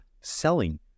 selling